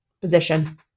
position